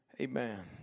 Amen